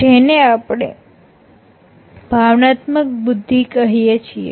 જેને આપણે ભાવનાત્મક બુદ્ધિ કહીએ છીએ